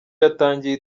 yatangiye